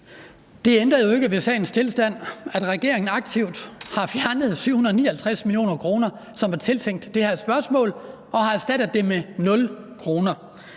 Det ændrer jo ikke ved sagens tilstand, at regeringen aktivt har fjernet 759 mio. kr., som var tiltænkt det her spørgsmål, og har erstattet det med 0 kr.